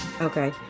Okay